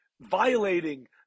violating